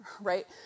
right